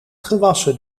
gewassen